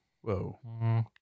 Whoa